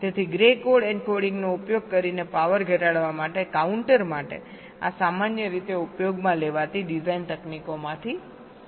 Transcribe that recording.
તેથી Gray code encoding નો ઉપયોગ કરીને પાવર ઘટાડવા માટે કાઉન્ટર માટે આ સામાન્ય રીતે ઉપયોગમાં લેવાતી ડિઝાઇન તકનીકોમાંની એક છે